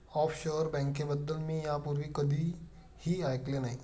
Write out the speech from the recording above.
offshore बँकेबद्दल मी यापूर्वी कधीही ऐकले नाही